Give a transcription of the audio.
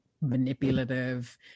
manipulative